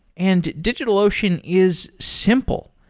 and digitalocean is simple.